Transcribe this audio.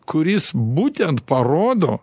kuris būtent parodo